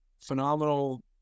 phenomenal